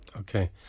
Okay